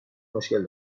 مشکل